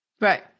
Right